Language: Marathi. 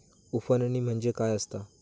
उफणणी म्हणजे काय असतां?